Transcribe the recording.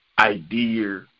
idea